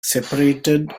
separated